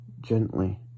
gently